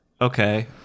Okay